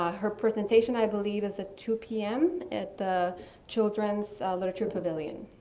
her presentation, i believe, is at two p m. at the children's literature pavilion.